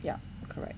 ya correct